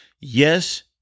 Yes